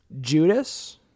Judas